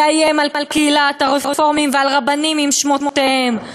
לאיים על קהילת הרפורמים ועל רבנים עם שמותיהם?